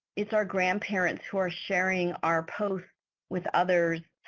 it's our grandparents who are sharing our posts with others.